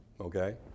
Okay